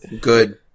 Good